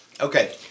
Okay